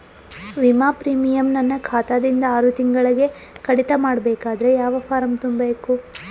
ವಿಮಾ ಪ್ರೀಮಿಯಂ ನನ್ನ ಖಾತಾ ದಿಂದ ಆರು ತಿಂಗಳಗೆ ಕಡಿತ ಮಾಡಬೇಕಾದರೆ ಯಾವ ಫಾರಂ ತುಂಬಬೇಕು?